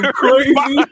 crazy